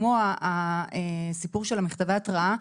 כמו הסיפור של מכתבי ההתראה,